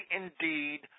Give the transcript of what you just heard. indeed